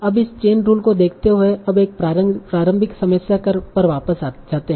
अब इस chain rule को देखते हुए अब एक प्रारंभिक समस्या पर वापस जाते हैं